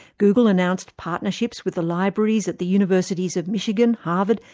google announced partnerships with the libraries at the universities of michigan, harvard,